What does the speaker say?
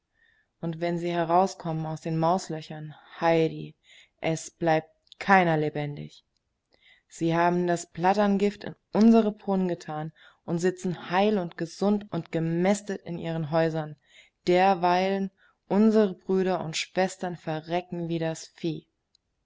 und wenn sie herauskommen aus den mauslöchern heidi es bleibt keiner lebendig sie haben das blatterngift in unsere brunnen getan und sitzen heil und gesund und gemästet in ihren häusern derweilen unsere brüder und schwestern verrecken wie das vieh